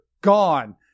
gone